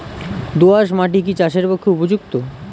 দোআঁশ মাটি কি চাষের পক্ষে উপযুক্ত?